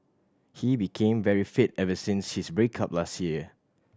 he became very fit ever since his break up last year